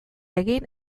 egin